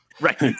Right